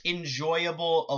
Enjoyable